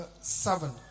seven